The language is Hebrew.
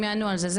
הם יענו על זה.